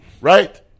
Right